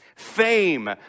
Fame